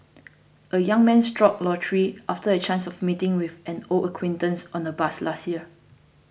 a young man struck lottery after a chance of meeting with an old acquaintance on a bus last year